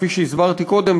שכפי שהסברתי קודם,